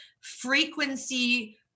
frequency